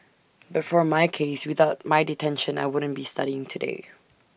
but for my case without my detention I wouldn't be studying today